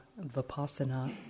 vipassana